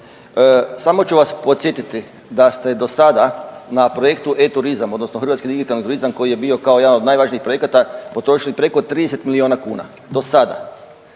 Samo ću vas podsjetiti da ste do sada na projektu e-turizam odnosno hrvatski digitalni turizam koji je bio kao jedan od najvažnijih projekata potrošili preko 30 milijuna kuna do sada